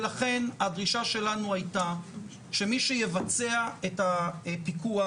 לכן הדרישה שלנו הייתה שמי שיבצע את הפיקוח